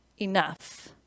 enough